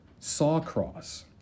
Sawcross